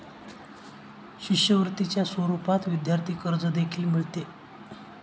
शिष्यवृत्तीच्या स्वरूपात विद्यार्थी कर्ज देखील मिळते